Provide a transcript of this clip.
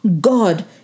God